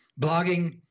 blogging